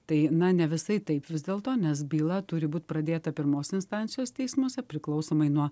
tai na ne visai taip vis dėlto nes byla turi būt pradėta pirmos instancijos teismuose priklausomai nuo